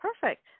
Perfect